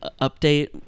update